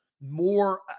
more